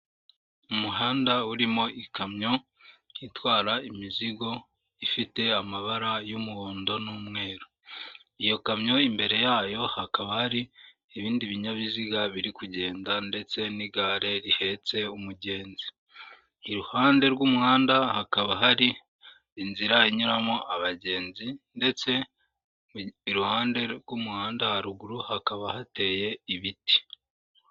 Umuhanda urimo ikamyo itwara imizigo ifite amabara y'umuhondo, n'umweru. Iyo kamyo imbere yayo hakaba hari ibindi binyabiziga biri kugenda, ndetse n'igare rihetse umugenzi. Iruhande rw'umuhanda hakaba hari inzira inyuramo abagenzi, ndetse iruhande rw'umuhanda haruguru hakaba hateye ibiti.